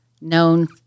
known